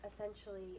essentially